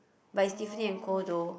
oh